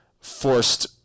forced